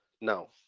Now